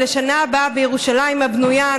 לשנה הבאה בירושלים הבנויה,